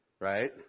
Right